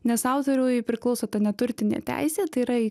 nes autoriui priklauso ta neturtinė teisė tai yra